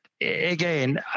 again